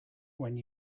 when